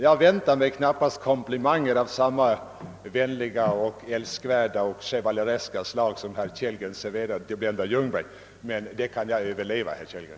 Jag väntade mig knappast komplimanger av samma vänliga, älskvärda och chevalereska slag, som herr Kellgren serverade fröken Ljungberg, men det kan jag överleva, herr Kellgren.